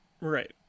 Right